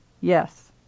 Yes